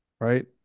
right